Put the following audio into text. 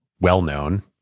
well-known